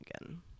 again